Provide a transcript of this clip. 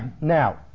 Now